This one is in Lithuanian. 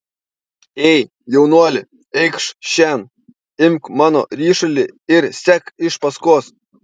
ei jaunuoli eikš šen imk mano ryšulį ir sek iš paskos